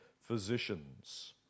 physicians